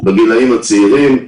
בגילאים הצעירים,